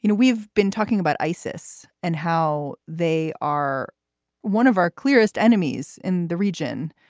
you know we've been talking about isis and how they are one of our clearest enemies in the region.